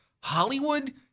Hollywood